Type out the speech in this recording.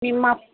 మేము మా